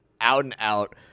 out-and-out